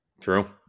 True